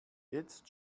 jetzt